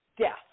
death